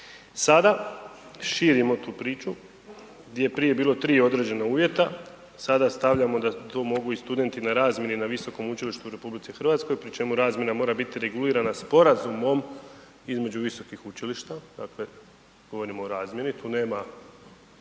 Sada širimo tu priču, di je prije bilo 3 određena uvjeta, sada stavljamo da to mogu i studenti na razmjeni na visokom učilištu u RH pri čemu razmjena mora bit regulirana sporazumom između visokih učilišta, dakle govorimo o razmjeni, tu nema